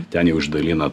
ten jau išdalina